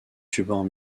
support